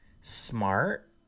smart